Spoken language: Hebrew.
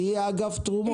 תהיי אגף תרומות.